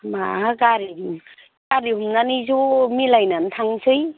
मा गारि उम गारि हमनानै ज' मिलायनानै थांनोसै